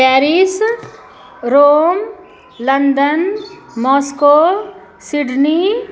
Paris Rome London Moscow Sydney